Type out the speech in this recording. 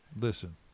Listen